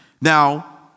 Now